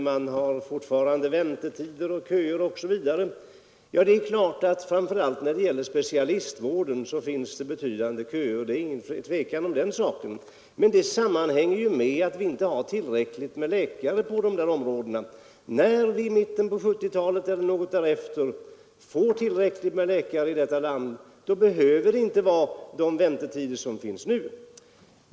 Man har fortfarande väntetider, köer osv. Det är klart, framför allt när det gäller specialistvården, att det finns köer. Det är ingen tvekan om den saken. Men det sammanhänger med att vi inte har tillräckligt med läkare på de här områdena. När vi i mitten på 1970-talet eller någon tid därefter får tillräckligt med läkare i detta land då behöver det inte bli sådana väntetider som förekommer nu.